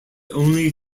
only